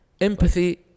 empathy